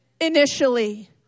initially